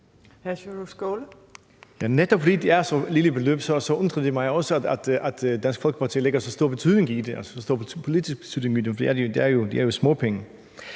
(JF): Ja, netop fordi det er så lille et beløb, så undrer det mig også, at Dansk Folkeparti lægger så stor politisk betydning i det, for det er jo småpenge.